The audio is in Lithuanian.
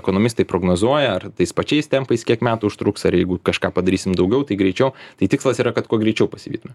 ekonomistai prognozuoja ar tais pačiais tempais kiek metų užtruks ar jeigu kažką padarysim daugiau tai greičiau tai tikslas yra kad kuo greičiau pasivytume